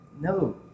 No